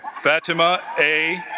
fatima a.